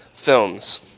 films